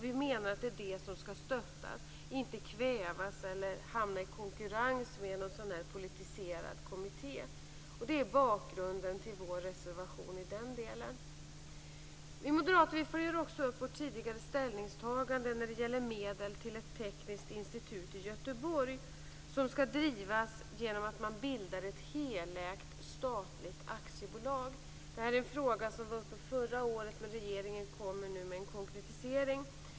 Vi menar att det är det som skall stödjas, inte kvävas eller hamna i konkurrens med en sådan här politiserad kommitté. Det är bakgrunden till vår reservation i den delen. Vi moderater följer också upp vårt tidigare ställningstagande när det gäller medel till ett tekniskt institut i Göteborg, som skall drivas genom att man bildar ett helägt, statligt aktiebolag. Det här är en fråga som var uppe förra året, men regeringen kommer nu med en konkretisering.